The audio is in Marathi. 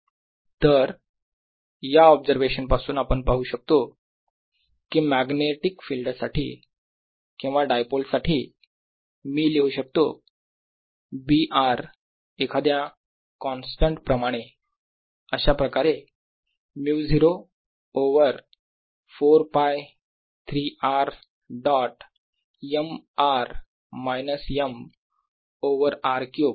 dl≠0 B≠0 तर या ऑब्झर्वेशन पासून आपण पाहू शकतो की मॅग्नेटिक फिल्ड साठी किंवा डायपोल साठी मी लिहू शकतो B r एखाद्या कॉन्स्टंट प्रमाणे अशाप्रकारे μ0 over 4π 3 r dot m r minus m over r cube